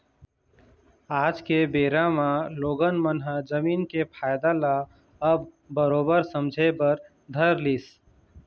आज के बेरा म लोगन मन ह जमीन के फायदा ल अब बरोबर समझे बर धर लिस